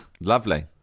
Lovely